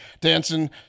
dancing